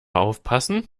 aufpassen